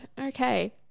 Okay